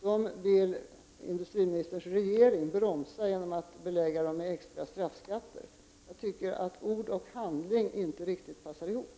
Dessa system vill regeringen bromsa genom att belägga dem med extra straffskatter. Jag tycker att ord och handling inte riktigt passar ihop.